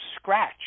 scratch